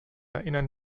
erinnern